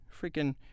freaking